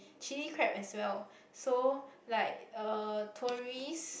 chilli crab as well so like uh tourist